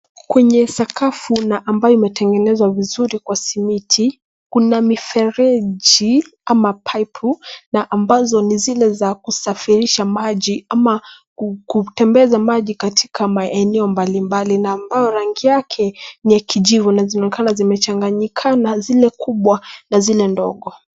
Kwenye sakafu na ambayo imetengenezwa vizuri kwa simiti. Kuna mifereji ama paipu na ambazo ni zile za kusafirisha maji ama kutembeza maji katika maeneo mbalimbali na ambayo rangi yake ni ya kijivu na zinaonekana zimechanganyikana zile kubwa na zile ndogo.